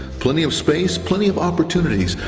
plenty of space, plenty of opportunities,